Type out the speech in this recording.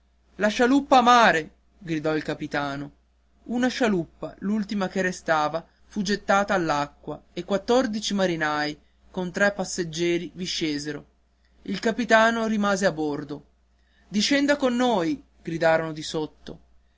la scialuppa a mare gridò il capitano una scialuppa l'ultima che restava fu gettata all'acqua e quattordici marinai con tre passeggieri vi scesero il capitano rimase a bordo discenda con noi gridarono di sotto